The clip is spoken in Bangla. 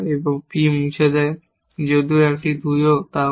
এবং P মুছে দেয় এবং যদি একটি 2ও তা করে